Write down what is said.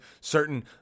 certain